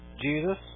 Jesus